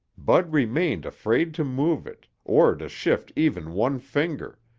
bud remained afraid to move it, or to shift even one finger,